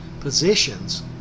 positions